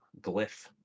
glyph